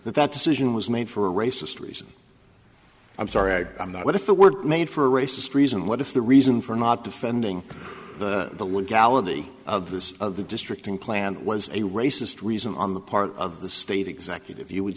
that that decision was made for a racist reason i'm sorry i'm not but if it were made for a racist reason what if the reason for not defending the legality of this of the district unplanned was a racist reason on the part of the state executive you would